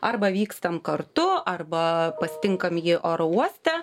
arba vykstam kartu arba pasitinkam jį oro uoste